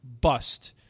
bust